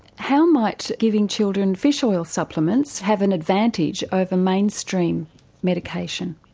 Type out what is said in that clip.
how might giving children fish oil supplements have an advantage over mainstream medication?